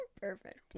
perfect